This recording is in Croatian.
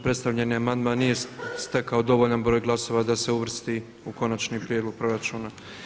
Predstavljeni amandman nije stekao dovoljan broj glasova da se uvrsti u konačni prijedlog proračuna.